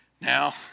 Now